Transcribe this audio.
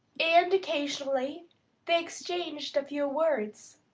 and occasionally they exchanged a few words.